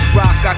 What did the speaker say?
rock